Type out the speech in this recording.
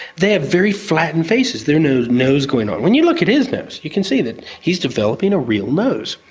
they have very flattened faces, there's no nose going on. when you look at his nose, you can see that he's developing a real nose,